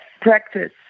practice